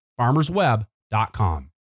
Farmersweb.com